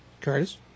Curtis